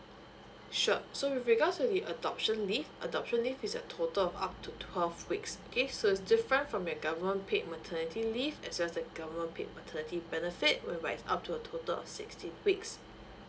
sure so with regards to the adoption leave adoption leave is a total of up to twelve weeks okay so is different from the government paid maternity leave as well as the government paid maternity benefit whereby is up to a toal of sixteen weeks